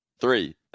Three